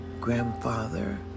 grandfather